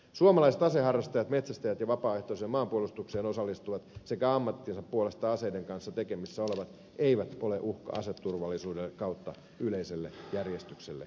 suomalaiset aseharrastajat metsästäjät ja vapaaehtoiseen maanpuolustukseen osallistuvat sekä ammattinsa puolesta aseiden kanssa tekemisissä olevat eivät ole uhka aseturvallisuudelle tai yleiselle järjestykselle ja turvallisuudelle